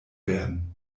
werden